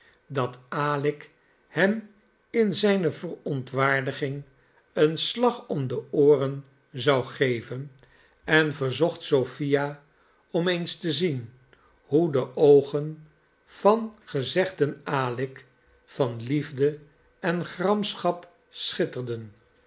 dat alick hem in zijne verontwaardiging een slag om de ooren zou geven en verzocht sophia om eens te zien hoe de oogen van gezegden alick van liefde en gramschap schitterden